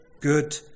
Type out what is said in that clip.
good